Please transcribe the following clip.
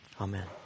Amen